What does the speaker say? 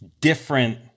different